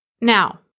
Now